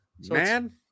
Man